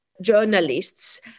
journalists